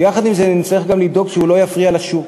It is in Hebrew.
ויחד עם זה נצטרך גם לבדוק שהוא לא יפריע לשוק,